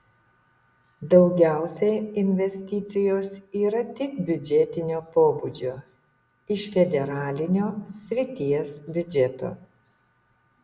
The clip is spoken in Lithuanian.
daugiausiai investicijos yra tik biudžetinio pobūdžio iš federalinio srities biudžeto